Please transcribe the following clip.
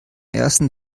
ersten